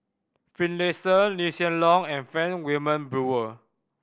Finlayson Lee Hsien Loong and Frank Wilmin Brewer